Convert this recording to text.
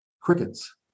Crickets